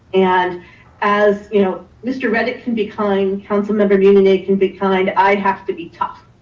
and as you know mr. reddick can be kind, council member munyaneh can be kind, i'd have to be tough.